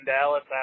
Dallas